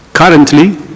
Currently